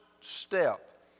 step